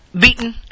beaten